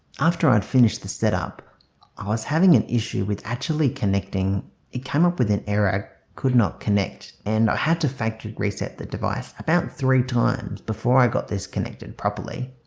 after i'd finished the setup i was having an issue with actually connecting it came up with an error could not connect and i had to factory reset the device about three times before i got this connected properly